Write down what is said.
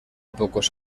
pocos